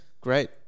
great